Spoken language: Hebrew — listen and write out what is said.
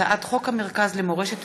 הצעת חוק המרכז למורשת